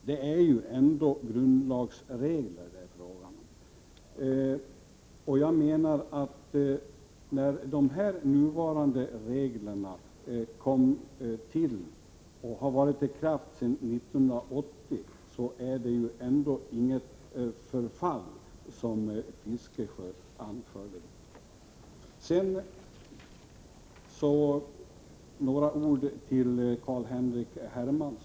Det gäller ju ändå grundlagsregler. Med hänvisning till att de nuvarande reglerna har varit i kraft sedan 1980 menar jag att det inte, som herr Fiskesjö anförde i sitt inlägg i fråga om den borgerliga reservationen, är fråga om något förfall vid denna regeltillämpning.